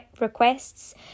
requests